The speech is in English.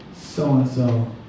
so-and-so